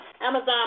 Amazon